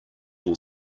will